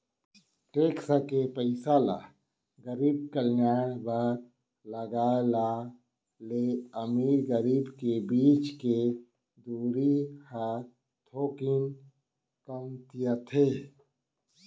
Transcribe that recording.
tax के पइसा ल गरीब कल्यान बर लगाए र ले अमीर गरीब के बीच के दूरी ह थोकिन कमतियाथे